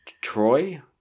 Troy